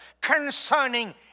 concerning